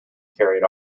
carried